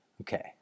Okay